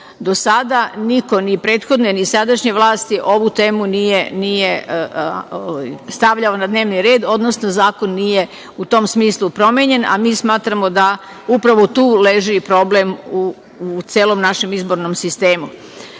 Do sada niko, ni prethodne, ni sadašnje vlasti, ovu temu nije stavljao na dnevni red, odnosno zakon nije u tom smislu promenjen, a mi smatramo da upravo tu leži problem u celom našem izbornom